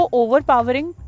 overpowering